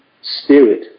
spirit